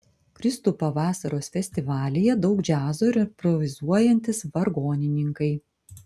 kristupo vasaros festivalyje daug džiazo ir improvizuojantys vargonininkai